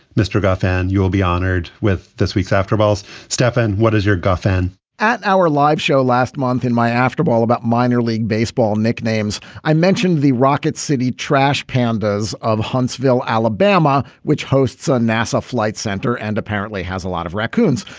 mr. goffe, and you will be honored with this week's after balls stefan, what is your guffin at our live show last month in my after ball about minor league baseball nicknames. i mentioned the rocket city trash pandas of huntsville, alabama, which hosts a nasa flight center and apparently has a lot of raccoons.